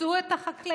פיצו את החקלאים,